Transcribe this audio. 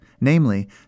namely